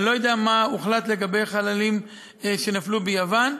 אני לא יודע מה הוחלט לגבי חללים שנפלו ביוון.